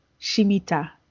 Shimita